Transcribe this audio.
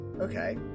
Okay